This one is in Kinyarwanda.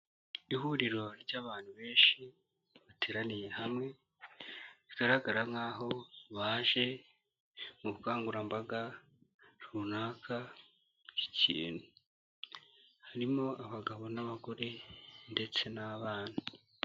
Ihuriro ry'abantu benshi bateraniye hamwe bigaragara nk'aho baje mu bukangurambaga runaka bw'ikintu, harimo abagabo n'abagore ndetse n'abana.